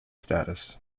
status